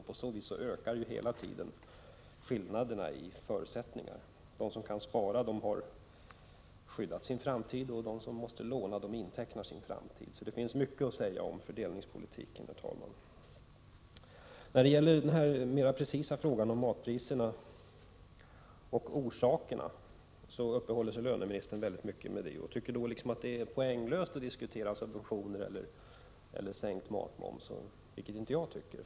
På så vis ökar hela tiden skillnaderna i förutsättningar. De som kan spara har skyddat sin framtid, de som måste låna intecknar sin framtid. Det finns, herr talman, mycket att säga om fördelningspolitiken. Löneministern uppehåller sig också vid den mera precisa frågan om matpriserna och orsakerna till prishöjningarna, och han tycker att det är poänglöst att diskutera subventioner eller sänkt matmoms, vilket inte jag tycker.